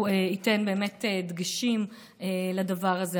ייתן דגשים לדבר הזה,